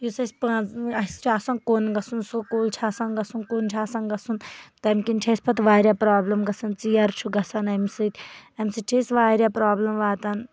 یُس اَسہِ پانژھ اَسہِ چھُ آسان کُن گژھُن سکوٗل چھُ آسان گژھُن کُن چھُ آسان گژھُن تَمہِ کِنۍ چھُ اَسہِ واریاہ پرابٔلِم گژھان ژیر چھُ گژھان اَمہِ سۭتۍ اَمہِ سۭتۍ چھِ اَسہِ واریاہ پرابلِم واتان